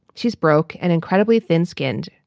she's broke and incredibly thin skinned.